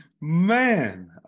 Man